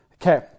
Okay